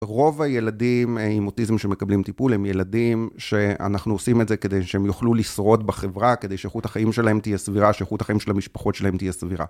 רוב הילדים עם אוטיזם שמקבלים טיפול הם ילדים שאנחנו עושים את זה כדי שהם יוכלו לשרוד בחברה, כדי שאיכות החיים שלהם תהיה סבירה, שאיכות החיים של המשפחות שלהם תהיה סבירה.